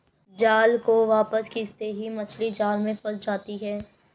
जाल को वापस खींचते ही मछली जाल में फंस जाती है